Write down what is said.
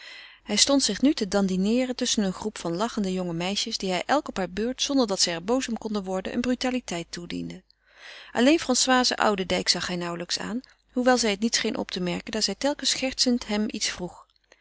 hij stond zich nu te dandineeren tusschen een troep van lachende jonge meisjes die hij elk op hare beurt zonder dat zij er boos om konden worden een brutaliteit toediende alleen françoise oudendijk zag hij nauwelijks aan hoewel zij het niet scheen op te merken daar zij telkens schertsend hem iets vroeg